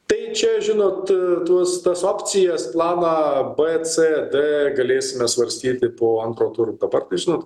tai čia žinot tuos tas opcijas planą b c d galėsime svarstyti po antro turo dabar tai žinot